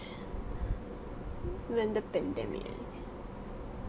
when the pandemic ends